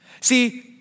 See